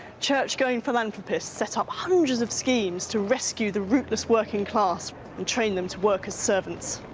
church-going philanthropists set up hundreds of schemes to rescue the rootless working class and train them to work as servants.